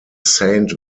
saint